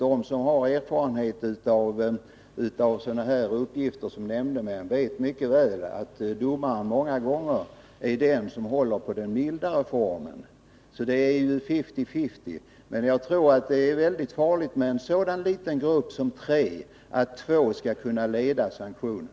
De som har erfarenhet av uppgiften som nämndeman vet mycket väl att domaren många gånger är den som håller på den mildare formen av straff. Det kan anses vara fifty-fifty. Men jag tror att det är mycket farligt, i en så liten grupp som tre, att två skall kunna bestämma sanktionen.